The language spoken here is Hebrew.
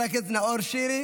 חבר הכנסת נאור שירי,